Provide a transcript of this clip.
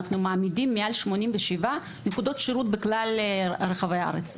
אנחנו מעמידים מעל 87 נקודות שירות בכלל רחבי הארץ,